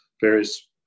various